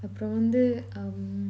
அப்புறம் வந்து:apram vanthu um